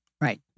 Right